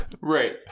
Right